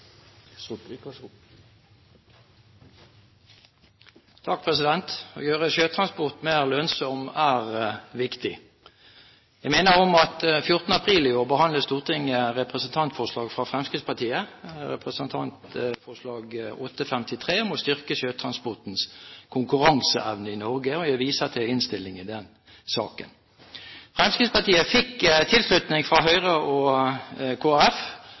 viktig. Jeg minner om at 14. april i år behandlet Stortinget representantforslag fra Fremskrittspartiet, Dokument 8:53 S for 2010–2011, om å styrke sjøtransportens konkurranseevne i Norge. Jeg viser til innstillingen i den saken. Fremskrittspartiet fikk tilslutning fra Høyre og